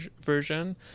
version